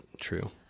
true